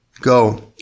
Go